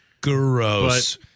Gross